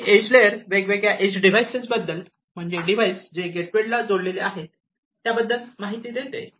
तर हे edge layer ही वेगवेगळ्या एज डिव्हाइसेस बद्दल म्हणजे डिवाइस जे गेटवेला जोडलेले आहेत त्याबद्दल माहिती देते